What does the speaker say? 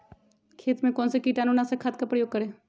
खेत में कौन से कीटाणु नाशक खाद का प्रयोग करें?